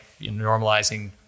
normalizing